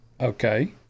Okay